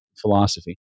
philosophy